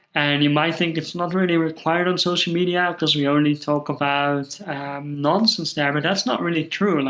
and you might think it's not really required on social media, because we only talk about nonsense there, but that's not really true. and like